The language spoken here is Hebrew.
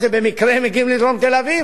שם הם מוצאים דירות יותר זולות,